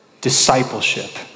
Discipleship